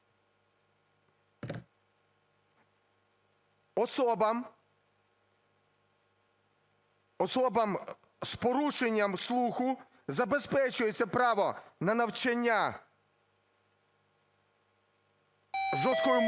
Особам з порушенням слуху забезпечується право на навчання жестикулярною